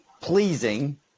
pleasing